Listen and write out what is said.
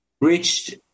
reached